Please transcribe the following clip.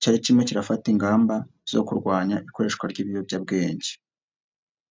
cyari kirimo kirafata ingamba zo kurwanya ikoreshwa ry'ibiyobyabwenge.